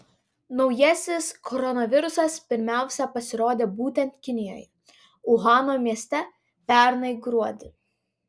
naujasis koronavirusas pirmiausia pasirodė būtent kinijoje uhano mieste pernai gruodį